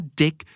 dick